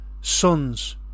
sons